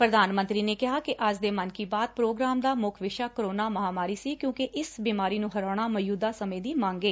ਪ੍ਰਧਾਨ ਮੰਤਰੀ ਨੇ ਕਿਹਾ ਕਿ ਅੱਜ ਦੇ ਮਨ ਕੀ ਬਾਤ ਪ੍ਰੋਗਰਾਮ ਦਾ ਮੁੱਖ ਵਿਸ਼ਾ ਕੋਰੋਨਾ ਮਹਾਮਾਰੀ ਸੀ ਕਿਊਕਿ ਇਸ ਬੀਮਾਰੀ ਨੂੰ ਹਰਾਊਣਾ ਮੌਜੁਦਾ ਸਮੇ ਦੀ ਮੰਗ ਏ